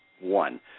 One